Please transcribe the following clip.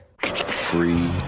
Free